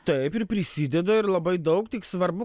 taip ir prisideda ir labai daug tik svarbu